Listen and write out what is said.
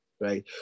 right